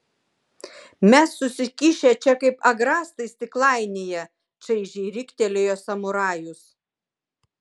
mes susikišę čia kaip agrastai stiklainyje čaižiai riktelėjo samurajus